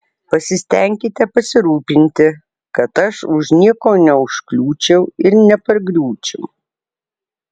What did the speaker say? pasistenkite pasirūpinti kad aš už nieko neužkliūčiau ir nepargriūčiau